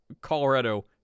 Colorado